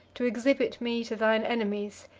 to exhibit me to thine enemies,